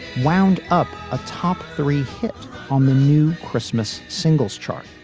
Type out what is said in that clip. wound up a top three hit on the new christmas singles chart,